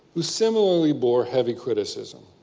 who similarly bore heavy criticism.